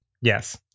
Yes